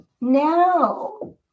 now